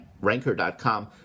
ranker.com